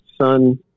son